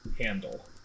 handle